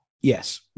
Yes